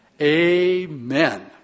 amen